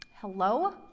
Hello